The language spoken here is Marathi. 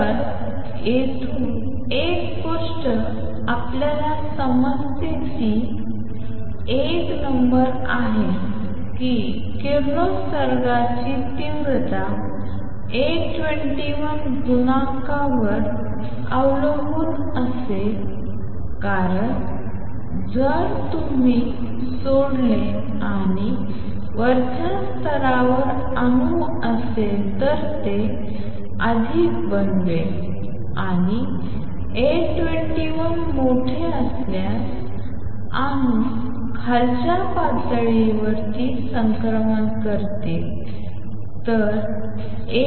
तर येथून एक गोष्ट आपल्याला समजते ती एक नंबर आहे कि किरणोत्सर्गाची तीव्रता A21 गुणांक वर अवलंबून असेल कारण जर तुम्ही सोडले आणि वरच्या स्तरावर अणू असेल तर ते अधिक बनवेल आणि A21 मोठे असल्यास अणू खालच्या पातळीवर संक्रमण करतील